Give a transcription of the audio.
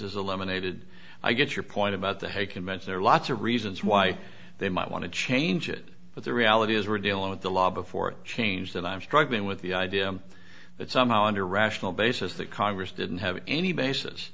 is eliminated i get your point about the hey commence there are lots of reasons why they might want to change it but the reality is we're dealing with the law before it changed and i'm struggling with the idea that somehow on a rational basis that congress didn't have any basis